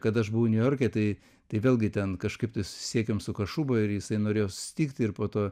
kad aš buvau niujorke tai tai vėlgi ten kažkaip tai susisiekėm su kašuba ir jisai norėjo susitikti ir po to